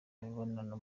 imibonano